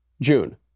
June